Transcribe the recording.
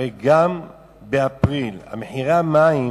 הרי גם באפריל מחירי המים